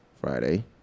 Friday